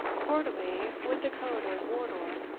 quarterly with the coat of wardour.